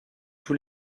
tous